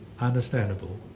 understandable